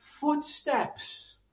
footsteps